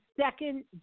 second